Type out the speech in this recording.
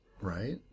Right